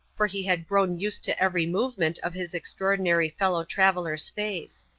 for he had grown used to every movement of his extraordinary fellow-traveller's face.